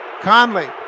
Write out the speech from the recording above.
Conley